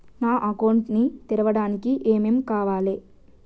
నా అకౌంట్ ని తెరవడానికి ఏం ఏం కావాలే?